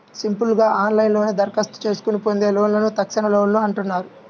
simple గా ఆన్లైన్లోనే దరఖాస్తు చేసుకొని పొందే లోన్లను తక్షణలోన్లు అంటున్నారు